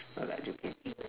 no lah joking